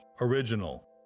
original